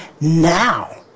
now